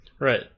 Right